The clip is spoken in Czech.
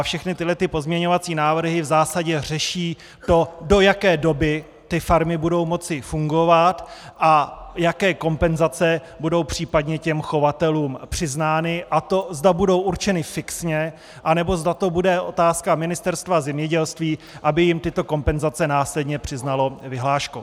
Všechny tyhle pozměňovací návrhy v zásadě řeší to, do jaké doby farmy budou moci fungovat a jaké kompenzace budou případně těm chovatelům přiznány, a to, zda budou určeny fixně, nebo zda to bude otázka Ministerstva zemědělství, aby jim tyto kompenzace následně přiznalo vyhláškou.